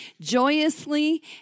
joyously